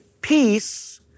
peace